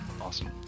Awesome